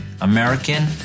American